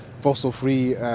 fossil-free